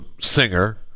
singer